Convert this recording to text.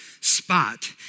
spot